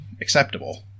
acceptable